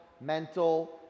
mental